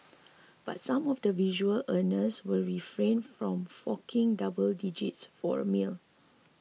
but some of the visual earners will refrain from forking double digits for the meal